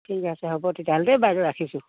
ঠিক আছে হ'ব ৰাখিছোঁ